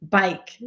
bike